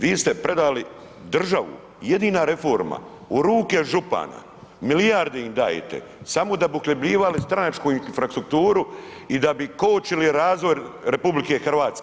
Vi ste predali državu, jedina reforma u ruke župana, milijarde im dajete, samo da bi uhljebljivali stranačku infrastrukturu i da bi kočili razvoj RH.